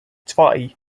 zwei